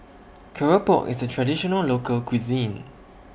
Keropok IS A Traditional Local Cuisine